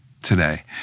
today